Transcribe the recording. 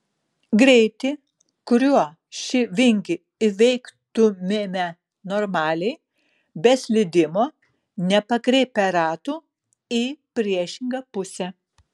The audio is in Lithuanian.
greitį kuriuo šį vingį įveiktumėme normaliai be slydimo nepakreipę ratų į priešingą pusę